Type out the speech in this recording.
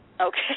Okay